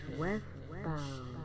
westbound